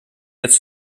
jetzt